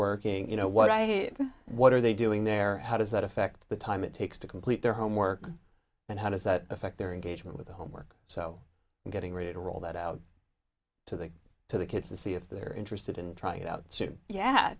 working you know what i what are they doing there how does that affect the time it takes to complete their homework and how does that affect their engagement with the homework so i'm getting ready to roll that out to the to the kids to see if they're interested in trying it out yet